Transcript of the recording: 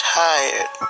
tired